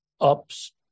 ups